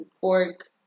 pork